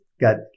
Got